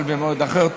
אבל במועד אחר.